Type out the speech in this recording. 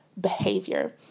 behavior